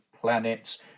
planets